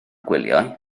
gwyliau